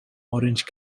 orange